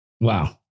Wow